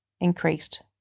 increased